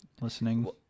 listening